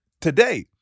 today